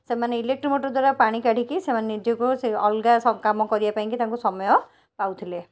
ସେମାନେ electric motor ଦ୍ୱାରା ପାଣିକାଢ଼ିକି ସେମାନେ ନିଜକୁ ସେ ଅଲଗା ସବ କାମ କରିବାପାଇଁକି ତାଙ୍କୁ ସମୟ ପାଉଥିଲେ